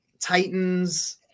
Titans